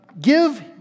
give